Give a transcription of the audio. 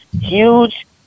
huge